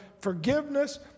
forgiveness